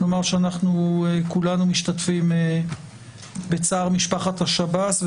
רציתי לומר שכולנו משתתפים בצער משפחת שב"ס,